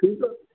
ठीकु आहे